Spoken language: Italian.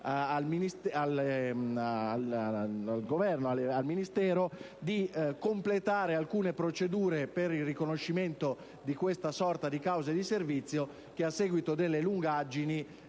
al Ministero di completare alcune procedure per il riconoscimento di una sorta di cause di servizio che, a seguito delle lungaggini,